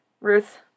Ruth